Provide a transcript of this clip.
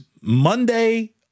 Monday